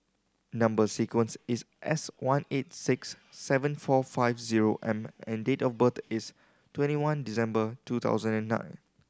number sequence is S one eight six seven four five zero M and date of birth is twenty one December two thousand and nine